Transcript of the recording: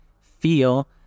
feel